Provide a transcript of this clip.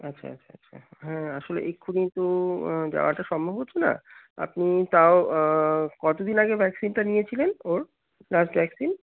আচ্ছা আচ্ছা আচ্ছা হ্যাঁ আসলে এক্ষুুনি তো দেওয়াটা সম্ভব হছে না আপনি তাও কতদিন আগে ভ্যাকসিনটা নিয়েছিলেন ওর ফার্স্ট ভ্যাকসিন